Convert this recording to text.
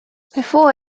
before